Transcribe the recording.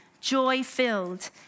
joy-filled